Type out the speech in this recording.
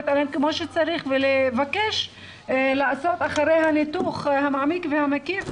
עליהם כמו שצריך ולבקש לעשות אחרי הניתוח המעמיק והמקיף,